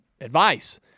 advice